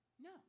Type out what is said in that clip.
No